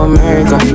America